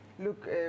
Look